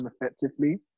effectively